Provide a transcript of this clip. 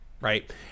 right